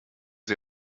sie